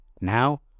Now